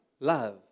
love